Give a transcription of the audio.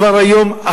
כבר היום,